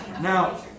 Now